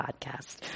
podcast